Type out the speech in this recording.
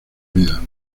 vida